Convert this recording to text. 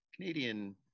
Canadian